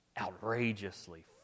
outrageously